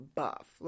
buff